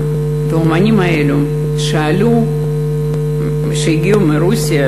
האמנים האלו שעלו, שהגיעו מרוסיה,